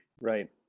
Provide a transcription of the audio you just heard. Right